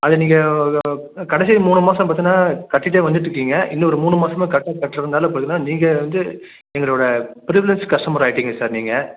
அது நீங்கள் கடைசி மூணு மாதம் பார்த்தீனா கட்டிட்டே வந்துட்டுருக்கீங்க இன்னும் ஒரு மூணு மாசம்தான் கட்ட கட்டுறதுனால நீங்கள் வந்து எங்களோட பிரிவிலேஜ் கஸ்டமர் ஆயிட்டீங்க சார் நீங்கள்